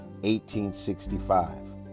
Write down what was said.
1865